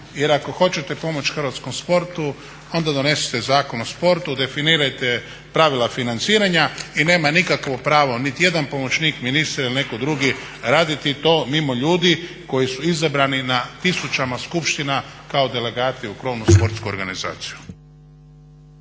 jer ako hoćete pomoć hrvatskom sportu onda donesite Zakon o sportu, definirajte pravila financiranja i nema nikakvo pravo niti jedan pomoćnik ministra ili netko drugi raditi to mimo ljudi koji su izabrani na tisućama skupština kao delegati u krovnu sportsku organizaciju.